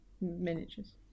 miniatures